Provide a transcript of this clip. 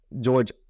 George